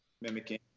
mimicking